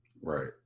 Right